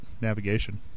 navigation